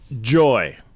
joy